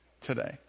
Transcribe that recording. today